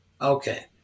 Okay